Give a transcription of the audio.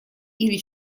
или